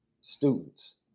students